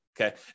okay